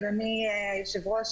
אדוני היושב-ראש,